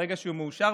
ברגע שהוא מאושר,